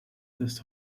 thus